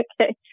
Okay